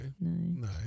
no